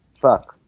Fuck